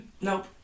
Nope